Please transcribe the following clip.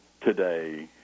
today